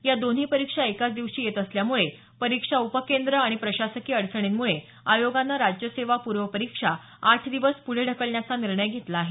या दोन्ही परीक्षा एकाच दिवशी येत असल्यामुळे परीक्षा उपकेंद्र आणि प्रशासकीय अडचणीमुळे आयोगानं राज्यसेवा पूर्व परीक्षा आठ दिवस पुढे ढकलण्याचा निर्णस घेतला आहे